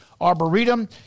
Arboretum